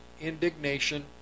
indignation